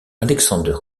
alexander